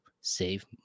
save